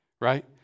right